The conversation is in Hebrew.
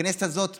הכנסת הזאת תתפזר,